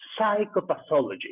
Psychopathology